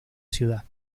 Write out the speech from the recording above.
ciudad